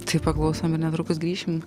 tai paklausom ir netrukus grįšim